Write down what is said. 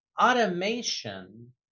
automation